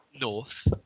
north